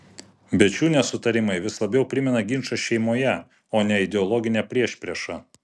bet šių nesutarimai vis labiau primena ginčą šeimoje o ne ideologinę priešpriešą